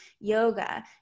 yoga